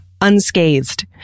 unscathed